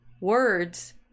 Words